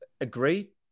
agree